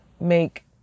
make